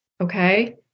Okay